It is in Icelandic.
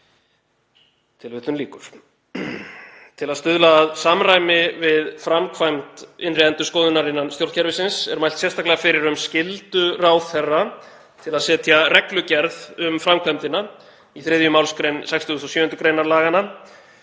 Til að stuðla að samræmi við framkvæmd innri endurskoðunar innan stjórnkerfisins er mælt sérstaklega fyrir um skyldu ráðherra til að setja reglugerð um framkvæmdina í 3. mgr. 67. gr. laganna.